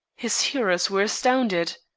his hearers were astounded.